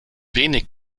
wenig